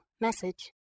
message